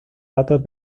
datos